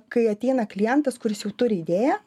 kai ateina klientas kuris jau turi idėją